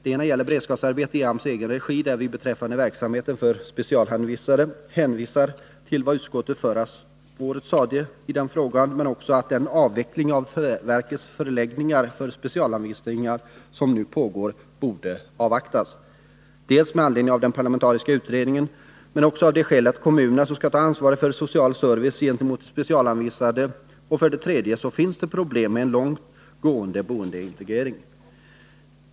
En gäller beredskapsarbeten i AMS egen regi, där vi beträffande verksamheten för specialanvisade hänvisar dels till vad utskottet förra året sade i den frågan, dels till att den avveckling av verkets förläggningar för specialanvisningar som nu pågår borde avvaktas. Anledningen härtill är bl.a. den parlamentariska utredningen, men också att kommunerna skall ta ansvaret för social service gentemot de specialanvisade. Det finns också problem med en långt gående boendeintegrering.